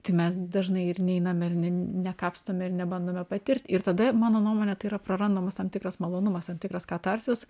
tai mes dažnai ir neinam ir ne nekapstom ir nebandome patirt ir tada mano nuomone tai yra prarandamas tam tikras malonumas tam tikras katarsis